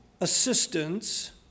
assistance